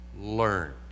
learned